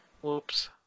Whoops